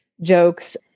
jokes